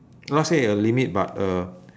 not say a limit but a